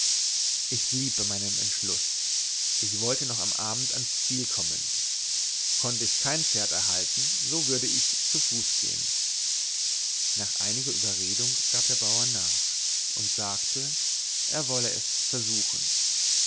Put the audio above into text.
ich blieb bei meinem entschluß ich wollte noch am abend ans ziel kommen konnte ich kein pferd erhalten so würde ich zu fuß gehen nach einiger überredung gab der bauer nach und sagte er wolle es versuchen